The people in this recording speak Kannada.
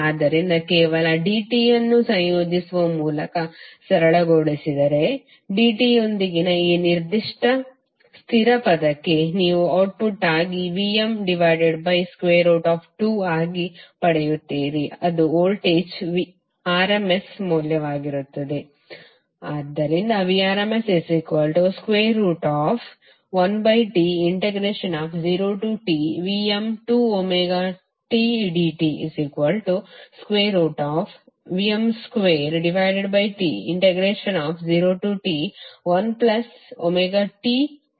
ಆದ್ದರಿಂದ ಕೇವಲ dtಯನ್ನು ಸಂಯೋಜಿಸುವ ಮೂಲಕ ಸರಳಗೊಳಿಸಿದರೆ dt ಯೊಂದಿಗಿನ ಈ ನಿರ್ದಿಷ್ಟ ಸ್ಥಿರ ಪದಕ್ಕೆ ನೀವು ಔಟ್ಪುಟ್ ಆಗಿ Vm2 ಆಗಿ ಪಡೆಯುತ್ತೀರಿ ಅದು ವೋಲ್ಟೇಜ್ನ rms ಮೌಲ್ಯವಾಗಿರುತ್ತದೆ